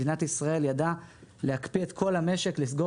מדינת ישראל ידעה להקפיא את כל המשק ולסגור